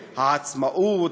העצמאות,